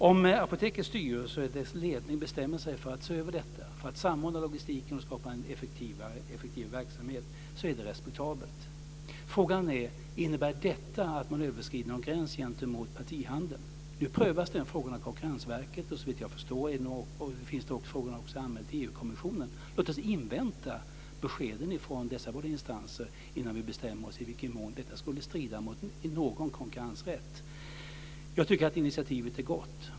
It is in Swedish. Om Apotekets styrelse och dess ledning bestämmer sig för att se över detta, för att samordna logistiken och skapa en effektiv verksamhet, är det respektabelt. Frågan är: Innebär detta att man överskrider någon gräns gentemot partihandeln? Nu prövas den frågan av Konkurrensverket, och såvitt jag förstår är frågan också anmäld till EU-kommissionen. Låt oss invänta beskeden från dessa båda instanser innan vi bestämmer oss i vilken mån detta skulle strida mot någon konkurrensrätt. Jag tycker att initiativet är gott.